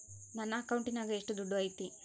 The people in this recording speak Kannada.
ನನ್ನ ಅಕೌಂಟಿನಾಗ ಎಷ್ಟು ದುಡ್ಡು ಐತಿ?